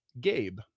Gabe